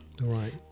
Right